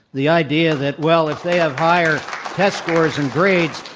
the idea that well, if they have higher test scores and grades,